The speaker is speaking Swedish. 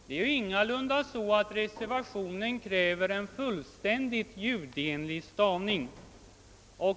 Det är ingalunda så, att i reservationen krävs en fullständigt ljudenlig stavning.